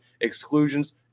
Exclusions